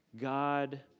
God